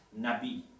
Nabi